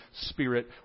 spirit